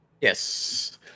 Yes